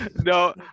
No